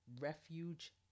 refuge